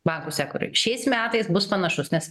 bankų sektoriuj šiais metais bus panašus nes